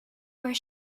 where